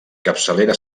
capçalera